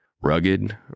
Rugged